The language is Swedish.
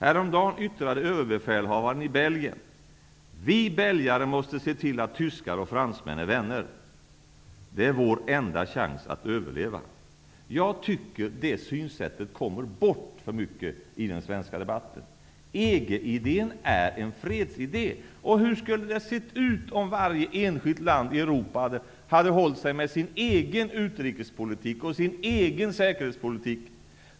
Häromdagen yttrade överbefälhavaren i Belgien: ''Vi belgare måste se till att tyskar och fransmän är vänner, det är vår enda chans att överleva.'' Jag tycker att detta synsätt kommer bort för mycket i den svenska debatten. EG-idén är en fredsidé. Hur skulle det ha sett ut om varje enskilt land i Europa hade hållit sig med en egen utrikes och säkerhetspolitik?